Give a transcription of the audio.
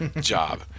job